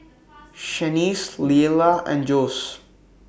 Shaniece Leala and Jose